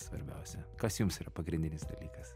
svarbiausia kas jums yra pagrindinis dalykas